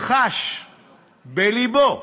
חש בלבו,